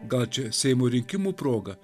gal čia seimo rinkimų proga